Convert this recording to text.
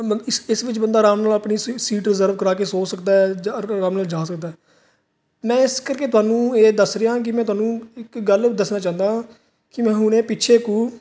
ਇਸ ਵਿੱਚ ਬੰਦਾ ਆਰਾਮ ਨਾਲ ਆਪਣੀ ਸੀਟ ਰਿਜਰਵ ਕਰਾ ਕੇ ਸੋ ਸਕਦਾ ਜਾ ਸਕਦਾ ਮੈਂ ਇਸ ਕਰਕੇ ਤੁਹਾਨੂੰ ਇਹ ਦੱਸ ਰਿਹਾ ਕਿ ਮੈਂ ਤੁਹਾਨੂੰ ਇੱਕ ਗੱਲ ਦੱਸਣਾ ਚਾਹੁੰਦਾ ਕਿ ਮੈਂ ਹੁਣ ਇਹ ਪਿੱਛੇ